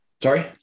Sorry